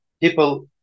people